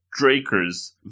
Drakers